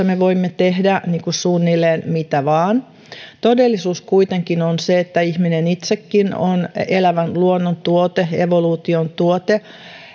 me voimme tehdä suunnilleen mitä vain todellisuus kuitenkin on se että ihminen itsekin on elävän luonnon tuote evoluution tuote